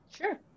sure